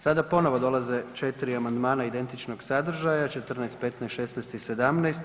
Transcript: Sada ponovo dolaze 4 amandman identičnog sadržaja 14., 15., 16. i 17.